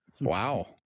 Wow